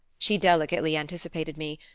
she delicately anticipated me,